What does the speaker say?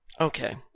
okay